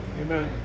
Amen